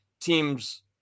teams